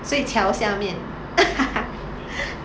睡桥下面